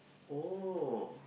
oh